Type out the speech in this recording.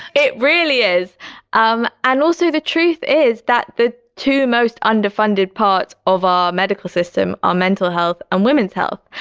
it really is. um and also, the truth is that the two most under-funded parts of our medical system are mental health and women's health.